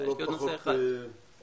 לא פחות חשוב.